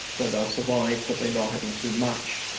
so they'll survive, but they're not having too much,